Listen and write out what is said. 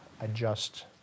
adjust